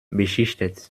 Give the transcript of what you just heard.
beschichtet